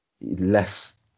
less